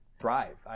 thrive